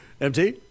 MT